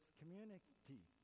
community